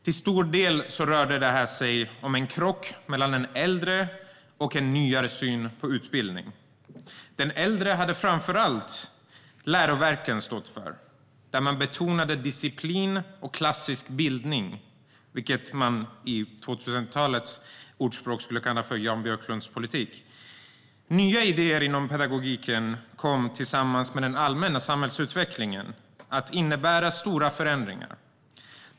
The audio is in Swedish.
Till stor del rörde det sig om en krock mellan en äldre och en nyare syn på utbildning. Den äldre stod framför allt läroverken för. Disciplin och klassisk bildning betonades. I 2000-talets Sverige skulle det kallas Jan Björklund-politik. Nya idéer inom pedagogiken kom tillsammans med den allmänna samhällsutvecklingen att innebära stora förändringar.